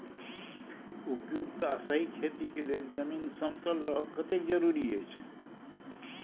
उपयुक्त आ सही खेती के लेल जमीन समतल रहब कतेक जरूरी अछि?